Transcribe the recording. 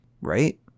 Right